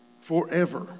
forever